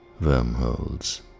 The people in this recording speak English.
wormholes